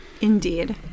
indeed